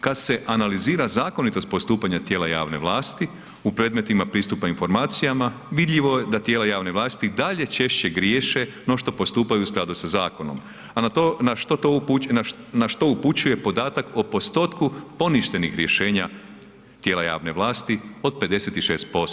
Kad se analizira zakonitost postupanja tijela javne vlasti u predmetima pristupa informacijama, vidljivo je da tijela javne vlasti i dalje češće griješe no što postupaju u skladu sa zakonom, a na što upućuje podatak o postotku poništenih rješenja tijela javne vlasti od 56%